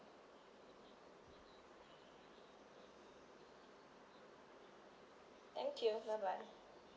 thank you bye bye